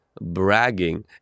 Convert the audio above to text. bragging